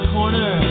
corner